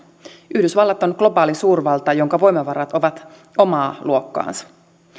yhdysvallat on globaali suurvalta jonka voimavarat ovat omaa luokkaansa